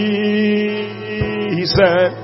Jesus